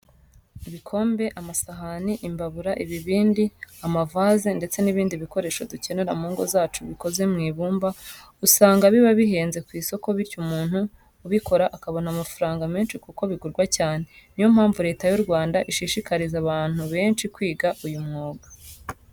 Ibikombe, amasahani, imbabura, ibibindi, amavaze ndetse n'ibindi bikoresho dukenera mu ngo zacu bikoze mu ibumba usanga biba bihenze ku isoko bityo umuntu ubikora akabona amafaranga menshi kuko bigurwa cyane. Niyo mpamvu Leta y'u Rwanda ishishikariza abantu benshi kwiga uyu mwuga.